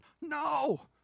no